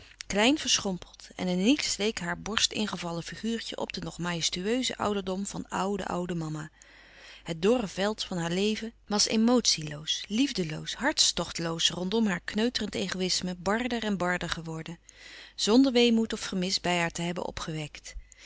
klein verschrompeld en in niets leek haar borst ingevallen figuurtje op den nog majestueuzen ouderdom van oude oude mama het dorre veld van haar leven was emotieloos liefdeloos hartstochtloos rondom haar kneuterend egoïsme barder en barder geworden zonder weemoed of gemis bij haar te hebben opgewekt